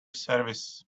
service